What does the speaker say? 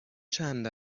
چند